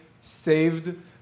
saved